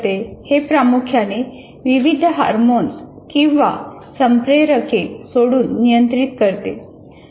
हे प्रामुख्याने विविध हार्मोन्स किंवा संप्रेरके सोडून नियंत्रित करते